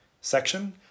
section